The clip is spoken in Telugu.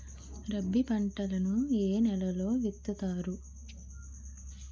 రబీ పంటలను ఏ నెలలో విత్తుతారు?